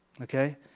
okay